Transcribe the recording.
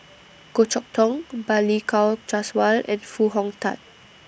Goh Chok Tong Balli Kaur Jaswal and Foo Hong Tatt